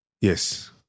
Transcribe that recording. Yes